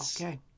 okay